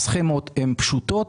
הסכמות פשוטות,